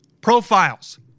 profiles